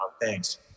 Thanks